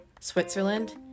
Switzerland